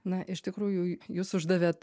na iš tikrųjų jūs uždavėt